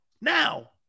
Now